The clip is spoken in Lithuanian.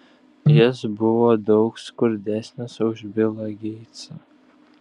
jis buvo daug skurdesnis už bilą geitsą